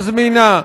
מזמינה?